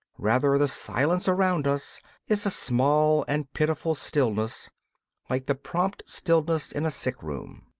rather the silence around us is a small and pitiful stillness like the prompt stillness in a sick-room.